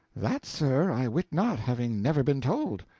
that, sir, i wit not, having never been told.